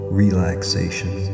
relaxation